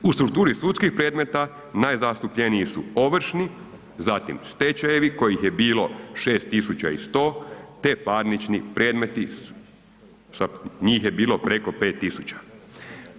U strukturi sudskih predmeta najzastupljeniji su ovršni, zatim stečajevi kojih je bilo 6.100 te parnični predmeti sa, njih je bilo preko 5.000.